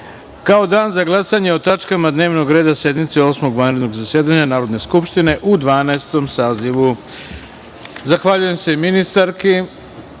kao dan za glasanje o tačkama dnevnog reda sednice Osmog vanrednog zasedanja Narodne skupštine u Dvanaestom sazivu. Zahvaljujem se ministarki